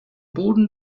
boden